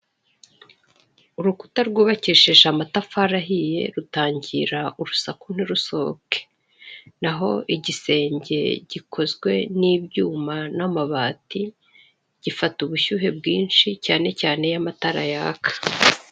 Urukuta rwubakishijeje amatafari ahiye, rutangira urusaku ntirusoke, naho igisenge gikozwe n'ibyuma n'amabati gifata ubushyuhe bwinshi cyane cyane iyo amatara yaka.